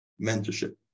mentorship